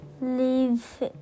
leave